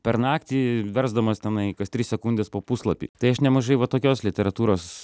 per naktį versdamas tenai kas tris sekundes po puslapį tai aš nemažai va tokios literatūros